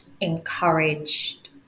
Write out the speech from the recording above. encouraged